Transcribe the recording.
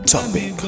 Topic